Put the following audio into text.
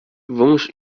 wąż